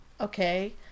Okay